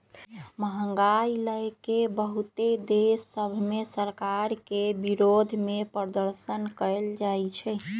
महंगाई लए के बहुते देश सभ में सरकार के विरोधमें प्रदर्शन कएल जाइ छइ